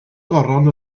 goron